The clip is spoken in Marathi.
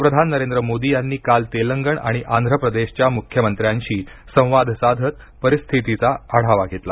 पंतप्रधान नरेंद्र मोदी यांनी काल तेलंगण आणि आंध्र प्रदेशच्या म्ख्यमंत्र्यांशी संवाद साधत परिस्थितीचा आढावा घेतला